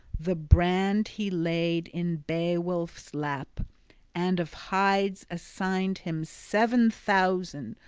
the brand he laid in beowulf's lap and of hides assigned him seven thousand,